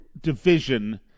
division